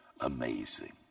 amazing